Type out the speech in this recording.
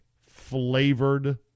flavored